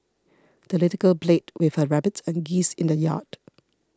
the little girl played with her rabbit and geese in the yard